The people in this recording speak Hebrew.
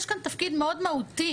יש כאן תפקיד מאוד מהותי,